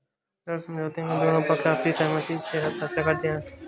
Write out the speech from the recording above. ऋण समझौते में दोनों पक्ष आपसी सहमति से हस्ताक्षर करते हैं